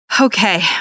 Okay